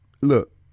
Look